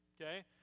Okay